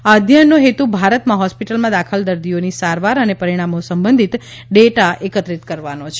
આ અધ્યયનનો હેતુ ભારતમાં હોસ્પિટલમાં દાખલ દર્દીઓની સારવાર અને પરિણામો સંબંધિત ડેટા એકત્રિત કરવાનો છે